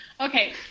Okay